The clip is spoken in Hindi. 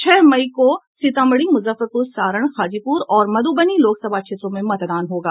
छह मई को सीतामढ़ी मुजफ्फरपुर सारण हाजीपुर और मधुबनी लोकसभा क्षेत्रों में मतदान होगा